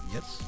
Yes